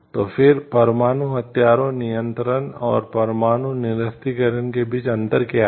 तो फिर परमाणु हथियारों नियंत्रण और परमाणु निरस्त्रीकरण के बीच अंतर क्या है